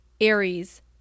aries